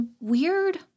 weird